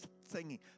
singing